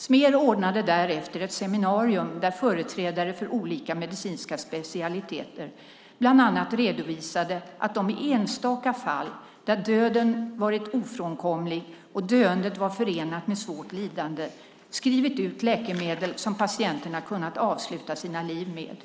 Smer ordnade därefter ett seminarium där företrädare för olika medicinska specialiteter bland annat redovisade att de i enstaka fall då döden varit ofrånkomlig och döendet varit förenat med svårt lidande skrivit ut läkemedel som patienterna kunnat avsluta sina liv med.